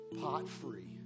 pot-free